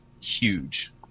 huge